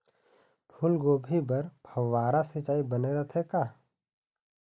फूलगोभी बर फव्वारा सिचाई बने रथे का?